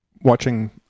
watching